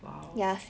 !wow!